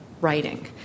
writing